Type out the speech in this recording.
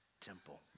temple